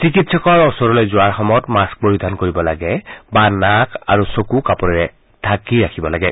চিকিৎসকৰ ওচৰলৈ যোৱাৰ সময়ত মাস্থ পৰিধান কৰিব লাগে বা নাক আৰু চকু কাপোৰেৰে ঢাকি ৰাখিব লাগে